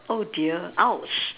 oh dear ouch